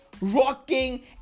Rocking